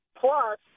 Plus